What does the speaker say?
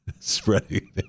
Spreading